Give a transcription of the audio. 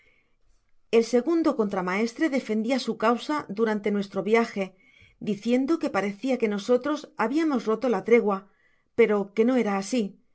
el segundo contramaestre defendia su causa durante nuestro viaje diciendo que parecia que nosotros habiamos roto la tregua pero que no era asi